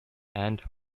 and